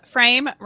Frame